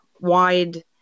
wide